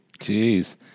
Jeez